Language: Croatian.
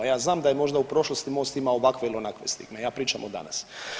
Ja znam da je možda u prošlosti Most imao ovakve ili onakve stigme, ja pričam o danas.